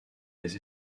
les